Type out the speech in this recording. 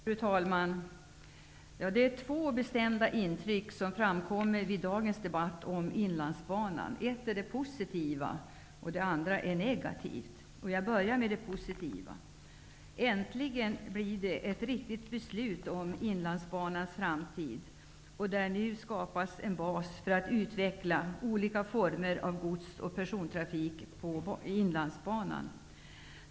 Fru talman! Det är två bestämda intryck som framkommer vid dagens debatt om Inlandsbanan. Ett är positivt, och det andra är negativt. Jag börjar med det positiva intrycket. Äntligen skall det bli ett riktigt beslut om Inlandsbanans framtid. Nu skapas en bas för att utveckla olika former av gods och persontrafik på Inlandsbanan.